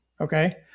okay